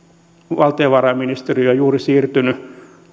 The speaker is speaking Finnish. valtiovarainministeriöön juuri siirtynyt